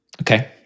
Okay